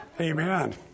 Amen